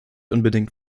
unbedingt